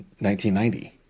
1990